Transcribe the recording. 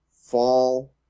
fall